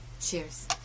Cheers